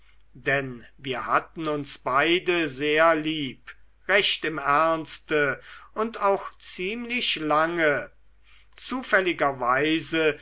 denn wir hatten uns beide sehr lieb recht im ernste und auch ziemlich lange zufälligerweise